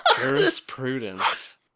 Jurisprudence